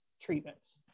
treatments